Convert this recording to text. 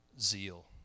zeal